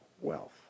wealth